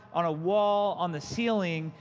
on a wall, on the ceiling,